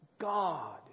God